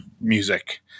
music